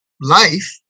life